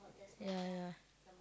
ya ya